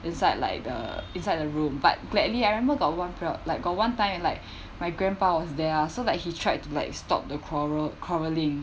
inside like the inside the room but gladly I remember got one period like got one time and like my grandpa was there ah so like he tried to like stop the quarrel quarreling